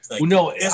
No